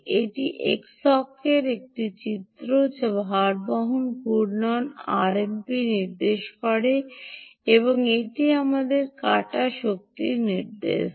এটি এক্স অক্ষের একটি চিত্র যা ভারবহন ঘূর্ণন আরপিএমকে নির্দেশ করে এবং এটি আমাদের কাটা শক্তিটি নির্দেশ করে